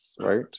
right